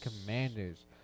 Commanders